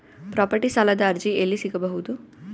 Property ಸಾಲದ ಅರ್ಜಿ ಎಲ್ಲಿ ಸಿಗಬಹುದು?